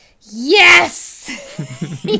yes